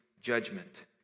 judgment